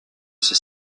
ses